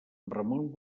ramon